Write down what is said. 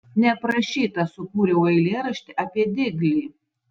neprašyta sukūriau eilėraštį apie diglį